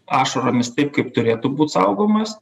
ašaromis taip kaip turėtų būt saugomas